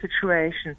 situation